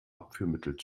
abführmittel